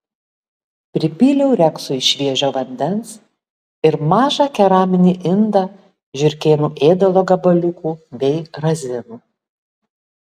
pripyliau reksui šviežio vandens ir mažą keraminį indą žiurkėnų ėdalo gabaliukų bei razinų